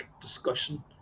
discussion